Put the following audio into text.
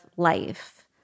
life